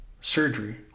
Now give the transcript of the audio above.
surgery